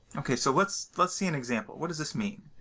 ok. so let's let's see an example. what does this mean?